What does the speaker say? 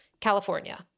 California